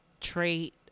trait